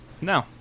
No